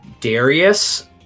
darius